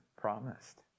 promised